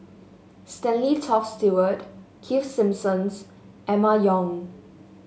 Stanley Toft Stewart Keith Simmons Emma Yong